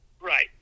Right